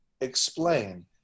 explain